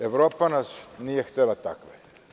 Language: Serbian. Evropa nas nije htela takve.